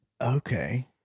Okay